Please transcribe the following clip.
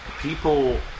people